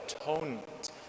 atonement